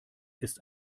ist